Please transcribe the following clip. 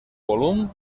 volum